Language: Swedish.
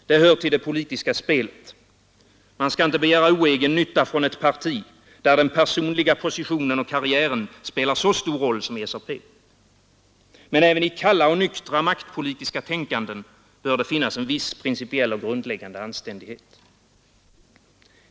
Det hör till det politiska spelet. Man skall inte begära oegennytta hos ett parti, där den personliga positionen och karriären spelar så stor roll som i SAP. Men även i det kalla nyktra maktpolitiska tänkandet bör det finnas en viss principiell grundläggande anständighet.